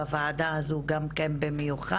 בוועדה הזו גם כן במיוחד,